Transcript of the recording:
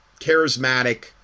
charismatic